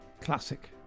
classic